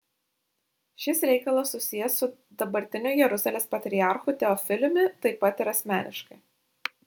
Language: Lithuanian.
šis reikalas susijęs su dabartiniu jeruzalės patriarchu teofiliumi taip pat ir asmeniškai